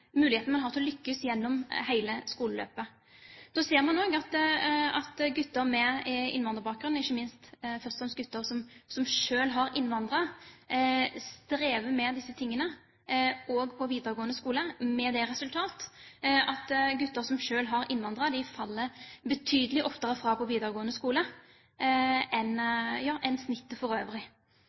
muligheten man har til å lykkes gjennom hele skoleløpet. Så ser man også at gutter med innvandrerbakgrunn, først og fremst gutter som selv har innvandret, strever med disse tingene, også på videregående skole, med det resultat at gutter som selv har innvandret, betydelig oftere faller fra på videregående skole enn snittet for øvrig.